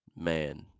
man